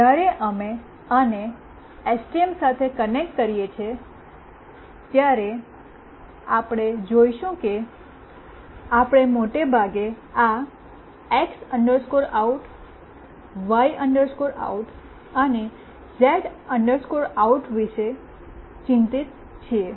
જ્યારે અમે આને એસટીએમ સાથે કનેક્ટ કરીએ છીએ ત્યારે આપણે જોશું કે આપણે મોટે ભાગે આ એક્સ આઉટવાય આઉટ અને ઝેડ આઉટ વિશે ચિંતિત છીએ